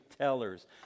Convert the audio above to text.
tellers